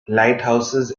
lighthouses